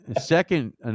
second